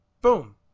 boom